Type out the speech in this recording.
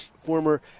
former